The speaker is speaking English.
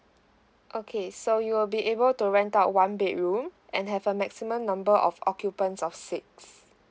okay so you will be able to rent out one bedroom and have a maximum number of occupants of six